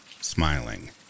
smiling